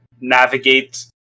navigate